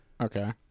Okay